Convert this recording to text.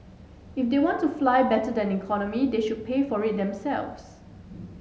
if they want to fly better than economy they should pay for it themselves